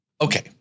Okay